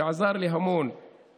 שעזר לי המון,